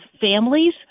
families